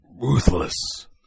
Ruthless